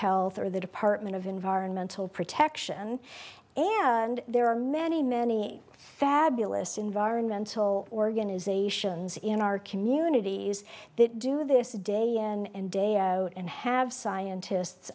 health or the department of environmental protection and there are many many fabulous environmental organizations in our communities that do this day in and day out and have scientists